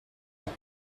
and